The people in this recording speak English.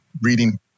reading